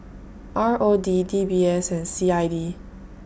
R O D D B S and C I D